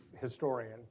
historian